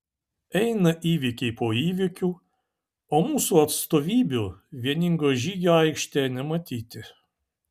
eina įvykiai po įvykių o mūsų atstovybių vieningo žygio aikštėje nematyti